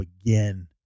again